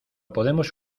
podemos